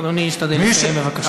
אדוני ישתדל לסיים בבקשה.